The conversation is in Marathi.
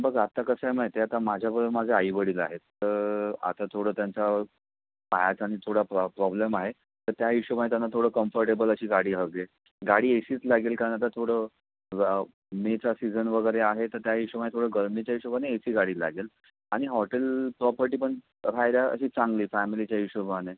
बघा आत्ता कसं आहे माहिती आहे का माझ्याबरोबर माझे आईवडील आहेत तर आता थोडं त्यांचा पायाचा न् थोडा प्रॉ प्रॉब्लेम आहे तर त्या हिशोबानं त्यांना थोडं कॉम्फर्टेबल अशी गाडी हवी आहे गाडी ए सीच लागेल कारण आता थोडं मेचा सीजन वगैरे आहे तर त्या हिशोबाने थोडं गरमीच्या हिशोबाने ए सी गाडी लागेल आणि हॉटेल प्रॉपर्टी पण राहायला अशी चांगली फॅमिलीच्या हिशोबाने